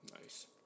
Nice